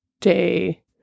day